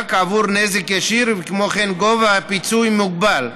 רק עבור נזק ישיר, וכן גובה הפיצוי מוגבל.